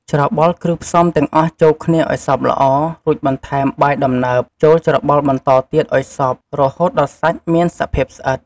ច្របល់គ្រឿងផ្សំទាំងអស់ចូលគ្នាឱ្យសព្វល្អ រួចបន្ថែមបាយដំណើប ចូលច្របល់បន្តទៀតឱ្យសព្វ រហូតដល់សាច់មានសភាពស្អិត។